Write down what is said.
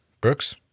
Brooks